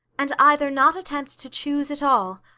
and either not attempt to choose at all,